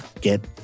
get